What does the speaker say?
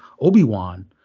Obi-Wan